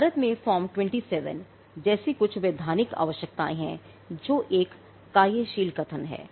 भारत में फॉर्म 27 जैसी कुछ वैधानिक आवश्यकताएं हैं जो एक कार्यशील कथन है